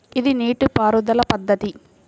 ఇది నీటిపారుదల పద్ధతి